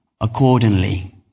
accordingly